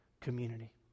community